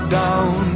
down